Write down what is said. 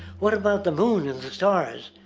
what about the moon and the stars?